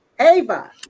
Ava